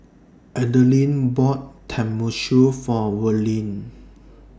Adilene bought Tenmusu For Verlyn